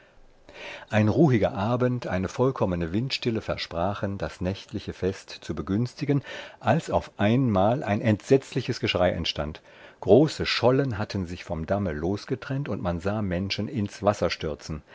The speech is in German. ein ruhiger abend eine vollkommene windstille versprachen das nächtliche fest zu begünstigen als auf einmal ein entsetzliches geschrei entstand große schollen hatten sich vom damme losgetrennt man sah mehrere menschen ins wasser stürzen